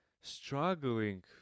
struggling